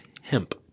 hemp